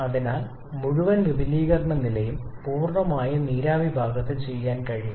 അതിനാൽ മുഴുവൻ വിപുലീകരണ നിലയും പൂർണ്ണമായും നീരാവി ഭാഗത്ത് ചെയ്യാൻ കഴിയും